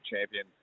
champion